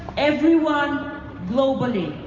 everyone globally.